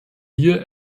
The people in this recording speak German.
hier